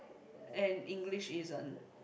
and English isn't